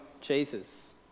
Jesus